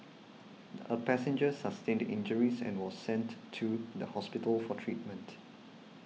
a passenger sustained injuries and was sent to the hospital for treatment